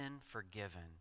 forgiven